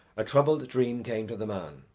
a troubled dream came to the man,